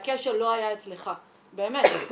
והכשל לא היה אצלך, באמת.